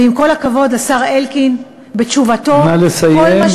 ועם כל הכבוד, השר אלקין בתשובתו, נא לסיים.